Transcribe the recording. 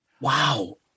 wow